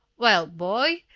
well, boy,